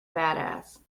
badass